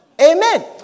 Amen